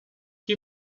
que